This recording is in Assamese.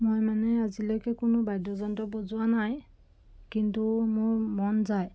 মই মানে আজিলৈকে কোনো বাদ্যযন্ত্ৰ বজোৱা নাই কিন্তু মোৰ মন যায়